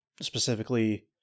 Specifically